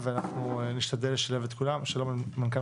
כולן או חלקן: (1)משלוח הודעות חיוב בשל ארנונה